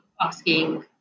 asking